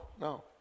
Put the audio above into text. no